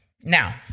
Now